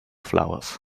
flowers